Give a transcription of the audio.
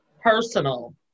personal